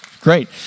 Great